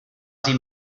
sie